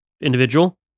individual